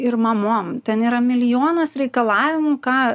ir mamom ten yra milijonas reikalavimų ką